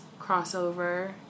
crossover